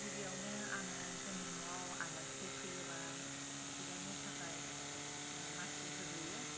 गिबिआवनो आङो जोंनि न'आव आलासि फैयोबा जिरायनो थाखाय मासि होग्रोयो